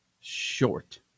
short